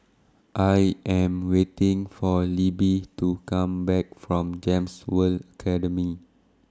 I Am waiting For Libbie to Come Back from Gems World Academy